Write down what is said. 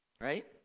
right